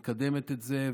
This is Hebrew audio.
היא מקדמת את זה,